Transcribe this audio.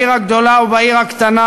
בעיר הגדולה ובעיר הקטנה,